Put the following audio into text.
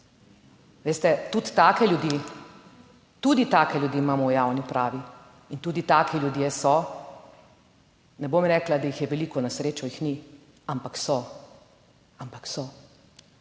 tudi take ljudi imamo v javni upravi in tudi taki ljudje so, ne bom rekla, da jih je veliko, na srečo jih ni, ampak so, ampak so.